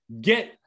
get